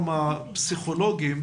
פסיכולוג אחד